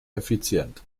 effizient